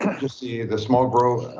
just the the small growth,